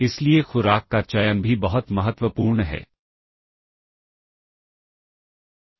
इसलिए आपको कॉल निर्देश का उपयोग करने से पहले स्टैक पॉइंटर को सही ढंग से सहेजना होगा